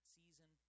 season